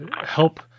help